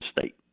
State